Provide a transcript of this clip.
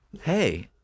hey